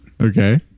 okay